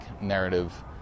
narrative